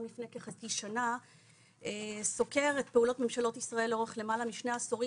לפני כחצי שנה סוקר את פעולות ממשלות ישראל לאורך למעלה משני עשורים,